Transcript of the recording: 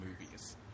movies